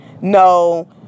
No